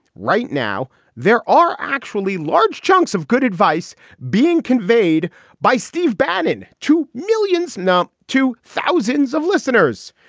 right now there are actually large chunks of good advice being conveyed by steve bannon to millions, not to thousands of listeners.